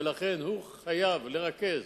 ולכן הוא חייב לרכז